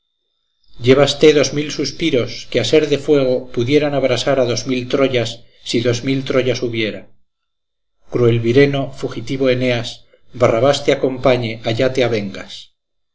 llévaste dos mil suspiros que a ser de fuego pudieran abrasar a dos mil troyas si dos mil troyas hubiera cruel vireno fugitivo eneas barrabás te acompañe allá te avengas